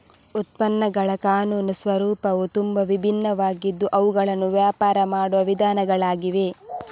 ಉತ್ಪನ್ನಗಳ ಕಾನೂನು ಸ್ವರೂಪವು ತುಂಬಾ ವಿಭಿನ್ನವಾಗಿದ್ದು ಅವುಗಳನ್ನು ವ್ಯಾಪಾರ ಮಾಡುವ ವಿಧಾನಗಳಾಗಿವೆ